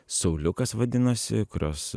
sauliukas vadinosi kurios